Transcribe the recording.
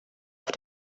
auf